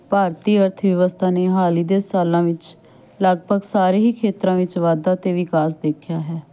ਭਾਰਤੀ ਅਰਥ ਵਿਵਸਥਾ ਨੇ ਹਾਲ ਹੀ ਦੇ ਸਾਲਾਂ ਵਿੱਚ ਲਗਭਗ ਸਾਰੇ ਹੀ ਖੇਤਰਾਂ ਵਿੱਚ ਵਾਧਾ ਅਤੇ ਵਿਕਾਸ ਦੇਖਿਆ ਹੈ